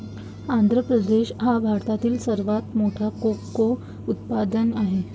आंध्र प्रदेश हा भारतातील सर्वात मोठा कोको उत्पादक आहे